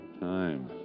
Time